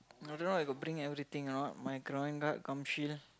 I don't know I got bring everything or not my groin guard gum shield